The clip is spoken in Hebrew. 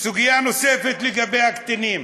סוגיה נוספת, לגבי הקטינים,